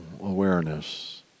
awareness